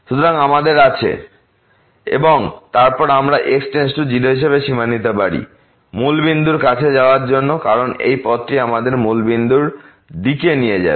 সুতরাং আমাদের আছে y65my2y4my2y23 এবং তারপর আমরা x → 0 হিসাবে সীমা নিতে পারি মূল বিন্দুর কাছে যাওয়ার জন্য কারণ এই পথটি আমাদের মূল বিন্দুর দিকে নিয়ে যাবে